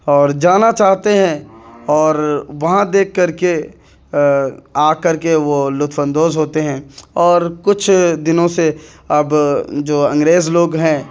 اور جانا چاہتے ہیں اور وہاں دیکھ کر کے آ کر کے وہ لطف اندوز ہوتے ہیں اور کچھ دنوں سے اب جو انگریز لوگ ہیں